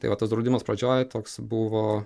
tai va tas draudimas pradžioj toks buvo